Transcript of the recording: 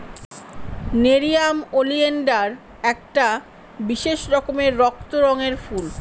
nerium oleander একটা বিশেষ রকমের রক্ত রঙের ফুল